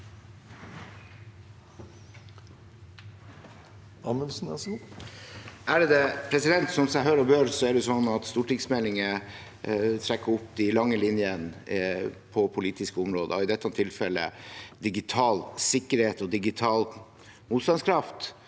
leder): Som seg hør og bør er det slik at stortingsmeldinger trekker opp de lange linjene på politiske områder, i dette tilfellet digital sikkerhet og digital motstandskraft.